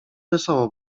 wesoło